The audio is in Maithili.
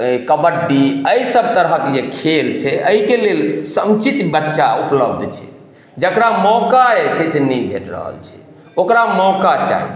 कबड्डी एहि सब तरहक जे खेल छै एहिके लेल समुचित बच्चा उपलब्ध छै जेकरा मौका जे छै से नहि भेट रहल छै ओकरा मौका चाही